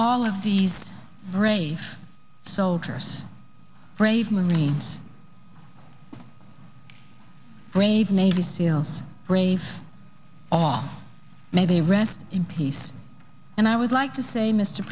all of these brave soldiers brave means brave navy seals brave all may be rest in peace and i would like to say mr